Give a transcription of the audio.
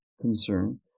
concern